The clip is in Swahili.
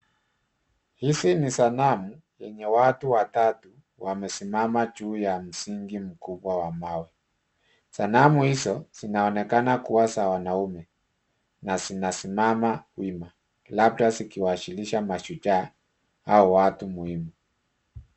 Hizi ni sanamu zenye watu watatu, wamesimama juu ya msingi mkubwa wa mawe. Sanamu hizo, zinaonekana kuwa za wanaume. Na zinasimama wima. Labda zikiwasilisha mashujaa, au watu muhimu.